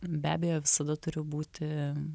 be abejo visada turi būti